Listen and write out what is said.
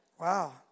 Wow